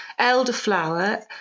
elderflower